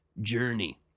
journey